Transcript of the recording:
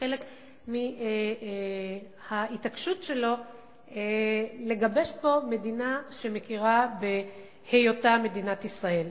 כחלק מההתעקשות שלו לגבש פה מדינה שמכירה בהיותה מדינת ישראל.